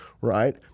right